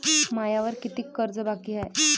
मायावर कितीक कर्ज बाकी हाय?